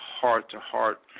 heart-to-heart